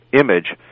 image